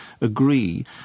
agree